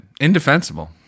Indefensible